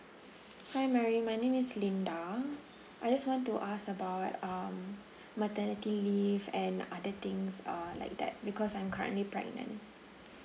hi mary my name is linda I just want to ask about um maternity leave and other things um like that because I'm currently pregnant